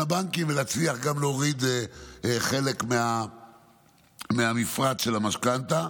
הבנקים ולהצליח גם להוריד חלק מהמפרט של המשכנתה.